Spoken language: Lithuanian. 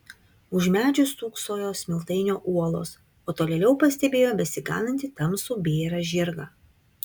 už medžių stūksojo smiltainio uolos o tolėliau pastebėjo besiganantį tamsų bėrą žirgą